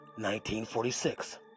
1946